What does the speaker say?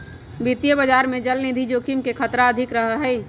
वित्तीय बाजार में चलनिधि जोखिम के खतरा अधिक रहा हई